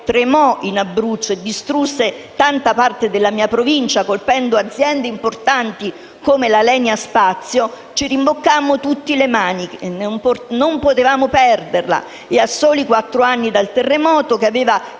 tremò in Abruzzo e distrusse tanta parte della mia Provincia, colpendo aziende importanti come l'Alenia Spazio, ci rimboccammo tutti le maniche. Non potevamo perderla. A soli quattro anni dal terremoto che aveva